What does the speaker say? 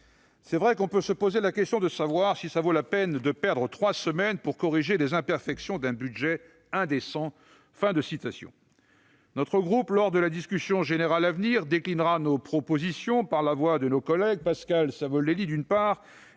C'est vrai qu'on peut se poser la question de savoir si cela vaut la peine de perdre trois semaines pour corriger les imperfections d'un budget indécent ». Notre groupe, lors de la discussion générale, déclinera ses propositions par la voix de nos collègues, Pascal Savoldelli, d'une part,